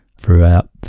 throughout